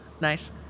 Nice